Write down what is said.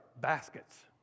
baskets